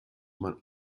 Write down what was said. man